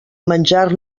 menjar